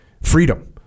freedom